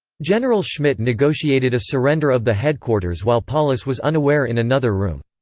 general schmidt negotiated a surrender of the headquarters while paulus was unaware in another room.